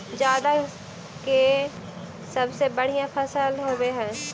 जादा के सबसे बढ़िया फसल का होवे हई?